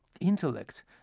intellect